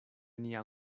nia